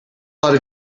lot